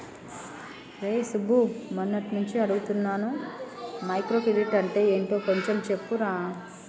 రేయ్ సుబ్బు, మొన్నట్నుంచి అడుగుతున్నాను మైక్రో క్రెడిట్ అంటే యెంటో కొంచెం చెప్పురా